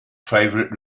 favorite